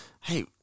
hey